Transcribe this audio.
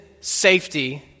safety